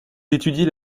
d’étudier